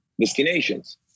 destinations